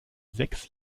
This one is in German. sechs